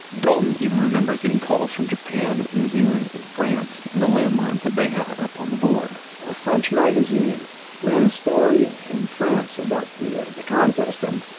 dalton even remembers getting calls from japan, new zealand, and france on the landlines that they had up on the board a french magazine ran a story in and france about the ah the contest in